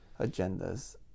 agendas